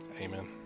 Amen